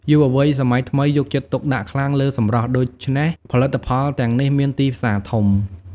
យុវវ័យសម័យថ្មីយកចិត្តទុកដាក់ខ្លាំងលើសម្រស់ ដូច្នេះផលិតផលទាំងនេះមានទីផ្សារធំ។